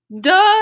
Duh